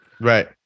right